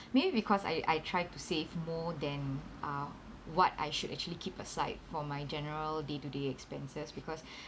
maybe because I I try to save more than uh what I should actually keep aside for my general day to day expenses because